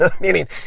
meaning